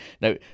now